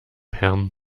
herrn